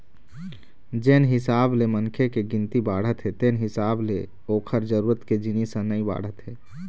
जेन हिसाब ले मनखे के गिनती बाढ़त हे तेन हिसाब ले ओखर जरूरत के जिनिस ह नइ बाढ़त हे